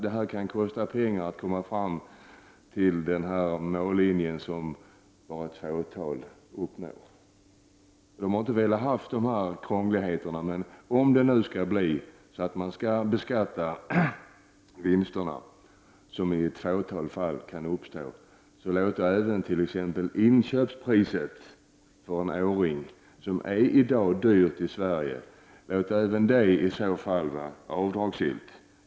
Det kan kosta pengar att komma fram till den mållinje som bara ett fåtal uppnår. Om det nu blir så att man beskattar vinsterna, som kan uppstå i ett fåtal fall, låt då även t.ex. inköpspriset för en åring, som i dag är högt i Sverige, vara avdragsgillt.